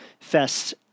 fests